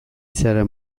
zara